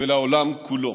ולעולם כולו.